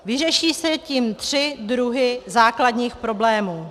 Vyřeší se tím tři druhy základních problémů.